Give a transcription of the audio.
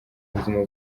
buzima